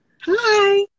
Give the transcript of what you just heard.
Hi